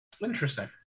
Interesting